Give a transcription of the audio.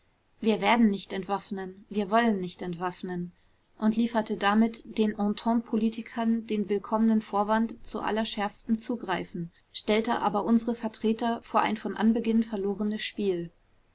wir werden nicht entwaffnen wir wollen nicht entwaffnen und lieferte damit den ententepolitikern den willkommenen vorwand zu allerschärfstem zugreifen stellte aber unsere vertreter vor ein von anbeginn verlorenes spiel